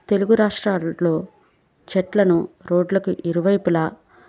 తెలుగు రాష్ట్రాల్లో చెట్లను రోడ్లకు ఇరువైపులా